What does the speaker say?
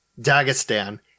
Dagestan